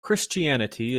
christianity